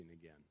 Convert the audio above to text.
again